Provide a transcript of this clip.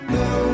no